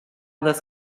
this